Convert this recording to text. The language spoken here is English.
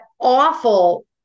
awful